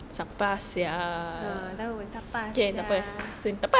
tahu pun siapa/malay> sia